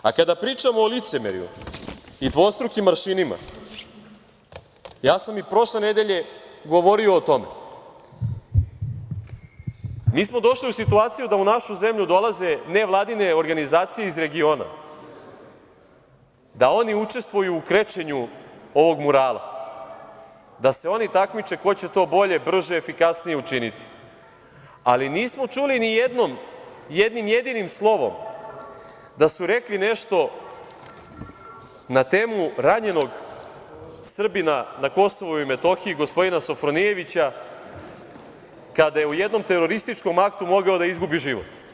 A kada pričamo o licemerju i dvostrukim aršinima, ja sam i prošle nedelje govorio o tome, mi smo došli u situaciju da u našu zemlju dolaze nevladine organizacije iz regiona, da oni učestvuju u krečenju ovog murala, da se oni takmiče ko će to bolje, brže, efikasnije učiniti, ali nismo čuli nijednom, ni jednim jedinim slovom da su rekli nešto na temu ranjenog Srbina na Kosovu i Metohiji gospodina Sofronijevića, kada je u jednom terorističkom aktu mogao da izgubi život.